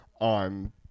on